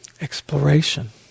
Exploration